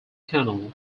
canal